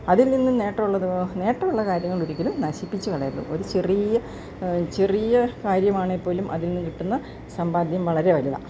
അതിൽനിന്നും നേട്ടമുള്ളത് നേട്ടമുള്ള കാര്യങ്ങളൊരിക്കലും നശിപ്പിച്ച് കളയരുത് ഒര് ചെറിയ ചെറിയ കാര്യമാണേൽ പോലും അതിൽന്ന് കിട്ടുന്ന സമ്പാദ്യം വളരെ വലുതാണ്